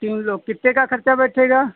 तीन लोग कितने का ख़र्चा बैठेगा